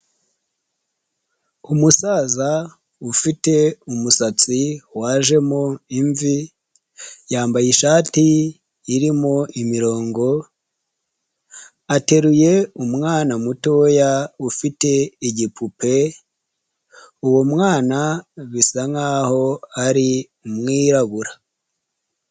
Umusaza ufite umusatsi wajemo imvi yambaye ishati irimo imirongo ateruye umwana mutoya ufite igipupe, uwo mwana bisa nk'aho ari umwirabura.